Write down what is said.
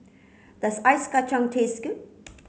does ice Kacang taste good